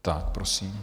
Tak prosím.